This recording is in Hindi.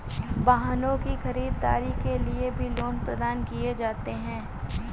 वाहनों की खरीददारी के लिये भी लोन प्रदान किये जाते हैं